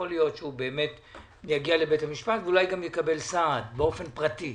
להיות שיגיע לבית המשפט ואולי גם יקבל סעד באופן פרטי.